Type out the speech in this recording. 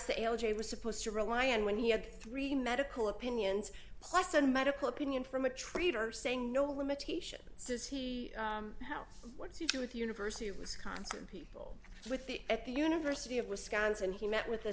the l j was supposed to rely on when he had three medical opinions plus a medical opinion from a trader saying no limitation says he what to do with the university of wisconsin people with the at the university of wisconsin he met with